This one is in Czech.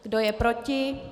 Kdo je proti?